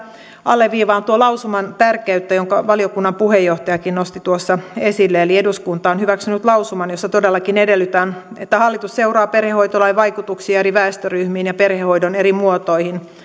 alleviivaan tuon lausuman tärkeyttä jonka valiokunnan puheenjohtajakin nosti esille eli eduskunta on hyväksynyt lausuman jossa todellakin edellytetään että hallitus seuraa perhehoitolain vaikutuksia eri väestöryhmiin ja perhehoidon eri muotoihin